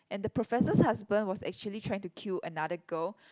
and the professor's husband was actually trying to kill another girl